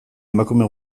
emakume